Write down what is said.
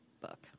book